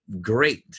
great